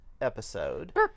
episode